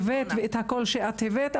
שהבאת ואת הקול שהבאת,